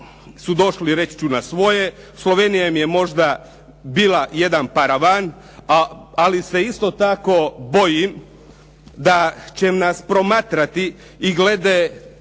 su došli reći ću na svoje. Slovenija im je možda bila jedan paravan, ali se isto tako bojim da će nas promatrati i glede